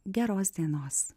geros dienos